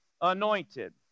anointed